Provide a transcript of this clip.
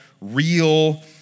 real